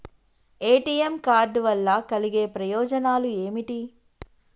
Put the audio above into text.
ATM card వల్ల కలిగే ప్రయోజనాలు ఏమిటి?